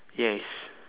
yes